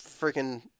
freaking